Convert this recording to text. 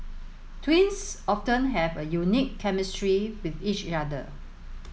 twins often have a unique chemistry with each other